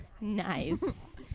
Nice